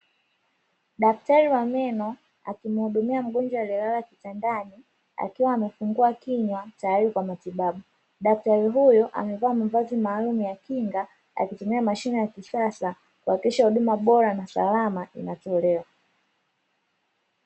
Daktari wa meno akimhudumia mgonjwa aliolala kitandani, akiwa amefungua kinywa tayari kwa matibabu. Daktari huyo amevaa mavazi maalumu ya kinga akitumia mashine ya kisasa, kuhakikisha huduma bora na salama inatolewa.